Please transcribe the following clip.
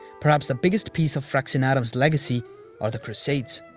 perhaps the biggest piece of fraxinetum's legacy are the crusades.